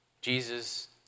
Jesus